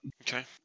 okay